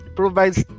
provides